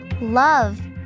love